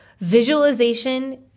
Visualization